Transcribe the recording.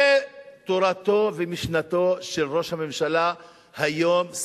זה תורתו ומשנתו של ראש הממשלה היום,